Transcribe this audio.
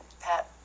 Pat